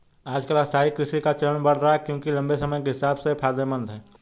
आजकल स्थायी कृषि का चलन बढ़ रहा है क्योंकि लम्बे समय के हिसाब से ये फायदेमंद है